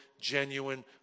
genuine